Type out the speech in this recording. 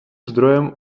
zdrojem